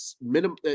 minimum